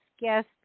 guest